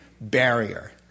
barrier